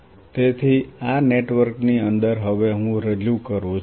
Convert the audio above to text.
તેથી આ નેટવર્કની અંદર હવે હું રજૂ કરું છું